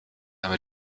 aber